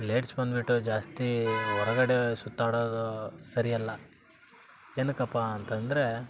ladies ಬಂದ್ಬಿಟ್ಟು ಜಾಸ್ತಿ ಹೊರಗಡೆ ಸುತ್ತಾಡೋದು ಸರಿಯಲ್ಲ ಏನಕಪ್ಪಾ ಅಂತಂದರೆ